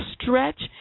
stretch